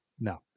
No